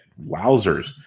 Wowzers